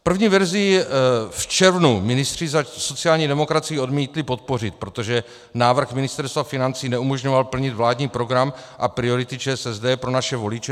První verzi v červnu ministři za sociální demokracii odmítli podpořit, protože návrh Ministerstva financí neumožňoval plnit vládní program a priority ČSSD pro naše voliče.